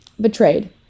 betrayed